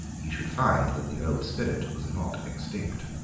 he should find that the old spirit was not extinct.